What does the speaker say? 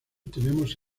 tenemos